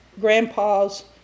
grandpa's